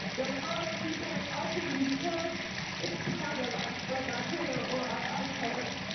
don't call us people with autism, because it's part of us, like our hair or our eye color,